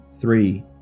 Three